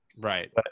Right